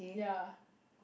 ya